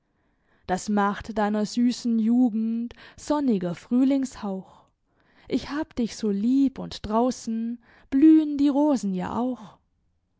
das macht deiner süssen jugend sonniger frühlingshauch ich hab dich so lieb und draussen blühen die rosen ja auch